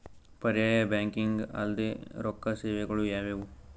ಪರ್ಯಾಯ ಬ್ಯಾಂಕಿಂಗ್ ಅಲ್ದೇ ರೊಕ್ಕ ಸೇವೆಗಳು ಯಾವ್ಯಾವು?